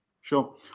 Sure